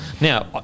Now